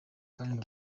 kandi